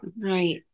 Right